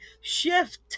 shift